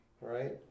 right